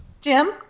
Jim